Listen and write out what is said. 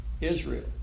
Israel